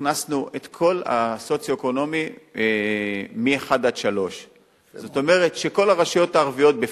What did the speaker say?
הכנסנו את כל הסוציו-אקונומי מ-1 עד 3. זאת אומרת שכל הרשויות הערביות בפנים,